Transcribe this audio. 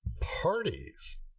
Parties